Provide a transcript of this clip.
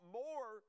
more